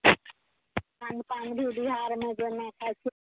खानपान भी बिहारमे जेना खाइ छी